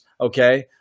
okay